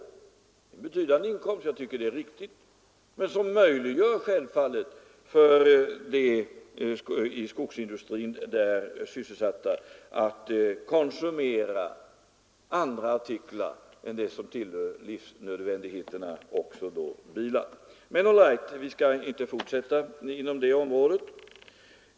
Det är en betydande inkomst och det tycker jag är riktigt. Den möjliggör självfallet för de i skogsindustrin där sysselsatta att konsumera andra artiklar än dem som tillhör livsnödvändigheterna — även bilar. Men all right, vi skall inte fortsätta inom det området.